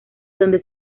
donde